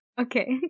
Okay